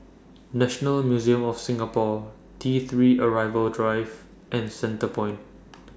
National Museum of Singapore T three Arrival Drive and The Centrepoint